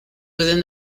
within